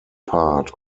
part